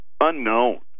unknown